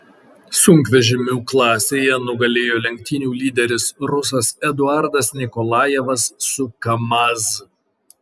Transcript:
sunkvežimių klasėje nugalėjo lenktynių lyderis rusas eduardas nikolajevas su kamaz